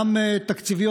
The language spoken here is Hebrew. גם תקציביות.